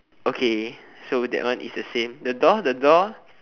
okay so that one is the same the door the door